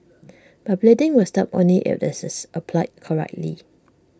but bleeding will stop only if IT is applied correctly